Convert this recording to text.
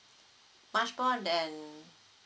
much more than